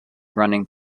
running